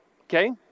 Okay